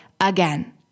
again